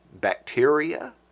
bacteria